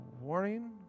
warning